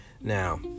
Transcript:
Now